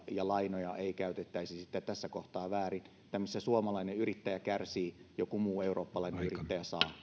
ja lainoja ei käytettäisi sitten tässä kohtaa väärin niin että missä suomalainen yrittäjä kärsii joku muu eurooppalainen yrittäjä saa